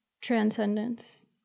transcendence